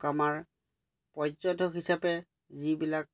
আমাৰ পৰ্যটক হিচাপে যিবিলাক